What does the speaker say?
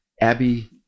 Abby